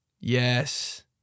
Yes